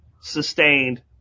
sustained